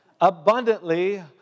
abundantly